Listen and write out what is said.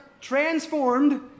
transformed